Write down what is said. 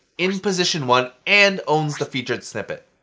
in position one and owns the featured snippet.